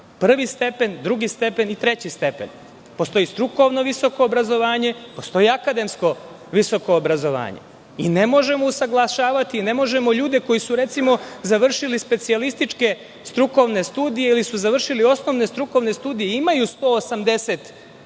prvi stepen, drugi stepen i treći stepen. Postoji strukovno visoko obrazovanje, postoji akademsko visoko obrazovanje i ne možemo usaglašavati i ne možemo ljude koji su završili specijalističke strukovne studije, ili su završili osnovne strukovne studije i imaju 180 bodova